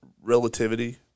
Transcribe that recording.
relativity